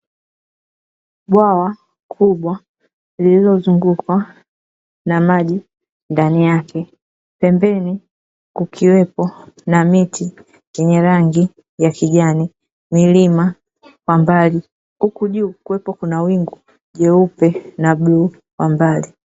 Bwawa kubwa lililozungukwa na maji ndani yake, pembeni kukiwepo na miti yenye rangi ya kijani, milima kwa mbali huku juu kukiwa na wingu jeupe na bluu kwa mbali.